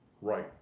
right